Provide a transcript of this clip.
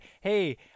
Hey